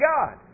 God